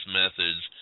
methods